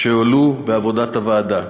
שהועלו בעבודת הוועדה.